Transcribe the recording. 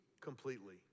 completely